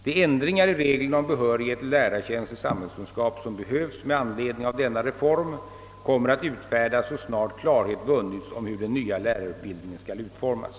De ändringar i reglerna om behörighet till lärartjänst i samhällskunskap som behövs med anledning av denna reform kommer att utfärdas så snart klarhet vunnits om hur den nya lärarutbildningen skall utformas.